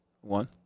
one